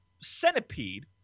centipede